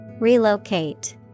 Relocate